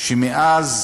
שמאז